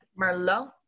Merlot